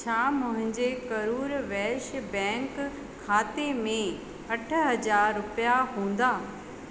छा मुहिंजे करुर वैश्य बैंक खाते में अठ हज़ार रुपिया हूंदा